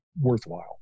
worthwhile